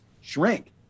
shrink